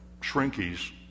shrinkies